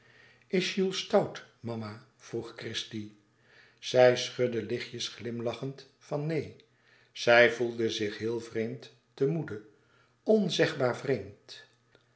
jules stout mama vroeg christie zij schudde lichtjes glimlachend van neen zij voelde zich heel vreemd te moede onzegbaar vreemd